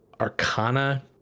arcana